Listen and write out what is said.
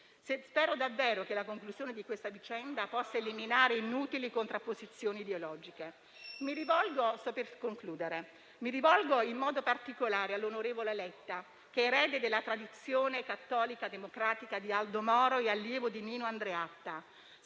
Spero davvero che la conclusione di questa vicenda possa eliminare inutili contrapposizioni ideologiche. Mi rivolgo in modo particolare all'onorevole Letta, che è erede della tradizione cattolica democratica di Aldo Moro e allievo di Nino Andreatta;